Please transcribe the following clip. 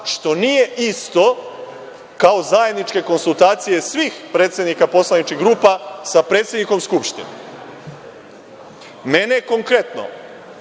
što nije isto kao zajedničke konsultacije svih predsednika poslaničkih grupa sa predsednikom Skupštine. Mene je konkretno